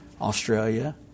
Australia